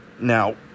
Now